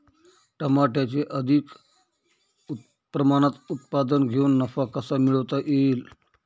टमाट्याचे अधिक प्रमाणात उत्पादन घेऊन नफा कसा मिळवता येईल?